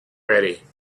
ready